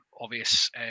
obvious